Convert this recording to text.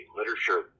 literature